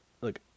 Look